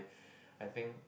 I think